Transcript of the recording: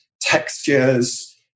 textures